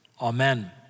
Amen